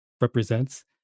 represents